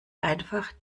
einfach